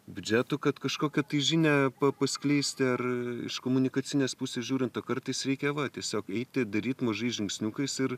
biudžetų kad kažkokią žinią pa paskleisti ar iš komunikacinės pusės žiūrint o kartais reikia va tiesiog eiti daryt mažais žingsniukais ir